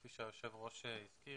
כפי שהיושב ראש הזכיר,